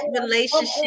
relationship